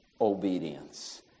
obedience